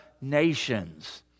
nations